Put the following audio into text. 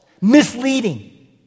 misleading